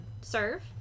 serve